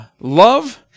love